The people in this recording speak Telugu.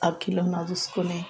ఆ కిలోన చూసుకొని